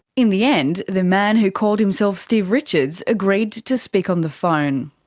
in the end, the man who called himself steve richards agreed to to speak on the phone.